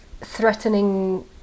threatening